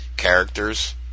characters